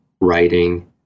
writing